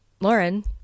lauren